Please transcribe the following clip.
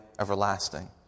everlasting